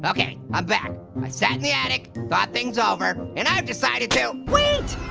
okay, i'm back. i sat in the attic, thought things over, and i've decided to. wait,